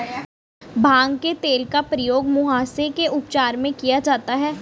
भांग के तेल का प्रयोग मुहासे के उपचार में भी किया जाता है